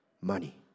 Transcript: money